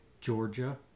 Georgia